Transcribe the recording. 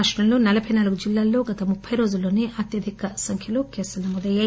రాష్టంలో నలభై నాలుగు జిల్లాల్లో గత ముప్పై రోజుల్లోనే అత్యధిక సంఖ్యలో కేసులు నమోదయ్యాయి